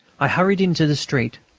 i hurried into the street.